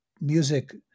music